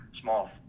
small